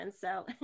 So-